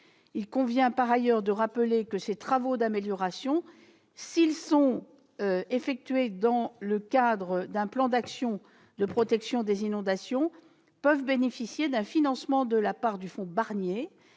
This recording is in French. Il convient par ailleurs de rappeler que ces travaux d'amélioration, s'ils sont effectués dans le cadre d'un plan d'action de protection des inondations, peuvent bénéficier d'un financement de la part du fonds Barnier,